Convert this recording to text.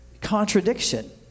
contradiction